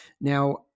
Now